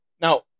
Now